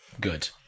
Good